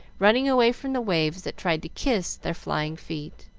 running away from the waves that tried to kiss their flying feet.